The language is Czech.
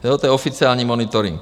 To je oficiální monitoring.